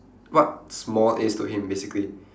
what small is to him basically